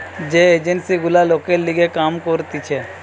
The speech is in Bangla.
যে এজেন্সি গুলা লোকের লিগে কাম করতিছে